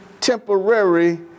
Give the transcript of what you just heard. temporary